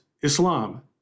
Islam